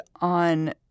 on